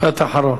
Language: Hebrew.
משפט אחרון.